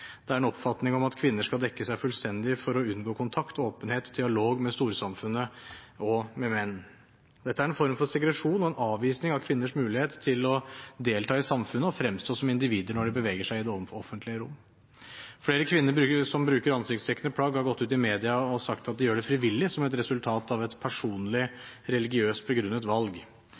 Det er en oppfatning om at kvinner skal dekke seg til fullstendig for å unngå kontakt, åpenhet og dialog med storsamfunnet og med menn. Dette er en form for segregasjon og en avvisning av kvinners mulighet til å delta i samfunnet og fremstå som individer når de beveger seg i det offentlige rom. Flere kvinner som bruker ansiktsdekkende plagg, har gått ut i media og sagt at de gjør det frivillig som et resultat av et